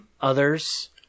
others